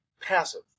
passive